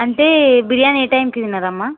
అంటే బిర్యానీ ఏ టైంకి తిన్నారు అమ్మా